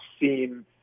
seen